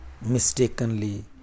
mistakenly